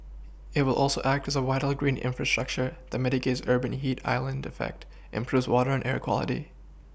it will also act as a vital green infrastructure that mitigates urban heat island effect improves water and air quality